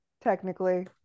technically